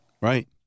right